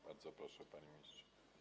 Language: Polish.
Bardzo proszę, panie ministrze.